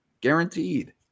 Guaranteed